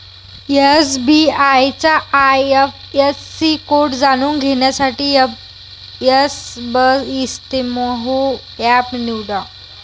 SBI चा IFSC code जाणून घेण्यासाठी एसबइस्तेमहो एप निवडा